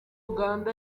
uganda